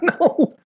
No